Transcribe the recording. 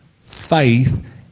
faith